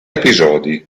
episodi